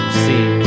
see